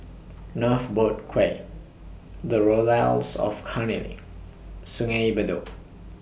North Boat Quay The Laurels of Cairnhill Sungei Bedok